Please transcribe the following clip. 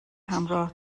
همراه